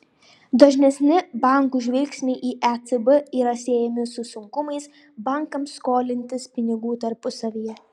dažnesni bankų žvilgsniai į ecb yra siejami su sunkumais bankams skolintis pinigų tarpusavyje